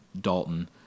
Dalton